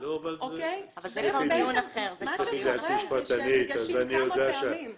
ומה שקורה זה שהם ניגשים כמה פעמים.